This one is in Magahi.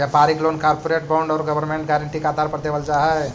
व्यापारिक लोन कॉरपोरेट बॉन्ड और गवर्नमेंट गारंटी के आधार पर देवल जा हई